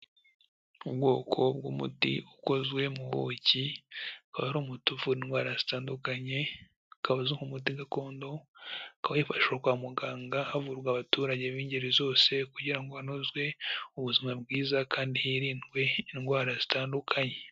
Ubwoko bw'umuti ukozwe mu buki, akaba ari umuti uvura indwara zitandukanye, ukaba uzwi nk'umuti gakondo, ukaba wifashishwa kwa muganga havurwa abaturage b'ingeri zose, kugira ngo hanozwe ubuzima bwiza kandi hirindwe indwara zitandukanye.